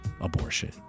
abortion